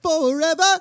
forever